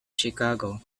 chicago